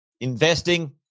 investing